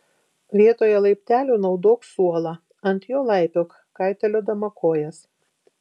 vietoje laiptelių naudok suolą ant jo laipiok kaitaliodama kojas